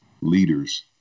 leaders